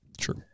sure